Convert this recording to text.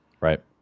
Right